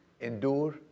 endure